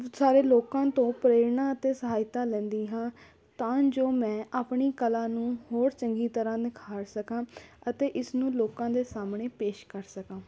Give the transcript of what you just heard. ਸਾਰੇ ਲੋਕਾਂ ਤੋਂ ਪ੍ਰੇਰਨਾ ਅਤੇ ਸਹਾਇਤਾ ਲੈਂਦੀ ਹਾਂ ਤਾਂ ਜੋ ਮੈਂ ਆਪਣੀ ਕਲਾ ਨੂੰ ਹੋਰ ਚੰਗੀ ਤਰ੍ਹਾਂ ਨਿਖਾਰ ਸਕਾਂ ਅਤੇ ਇਸ ਨੂੰ ਲੋਕਾਂ ਦੇ ਸਾਹਮਣੇ ਪੇਸ਼ ਕਰ ਸਕਾਂ